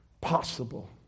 possible